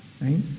right